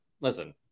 listen